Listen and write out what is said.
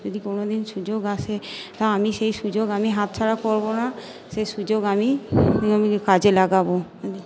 যদি কোনোদিন সুযোগ আসে তো আমি সেই সুযোগ আমি হাত ছাড়া করবো না সে সুযোগ আমি কাজে লাগাবো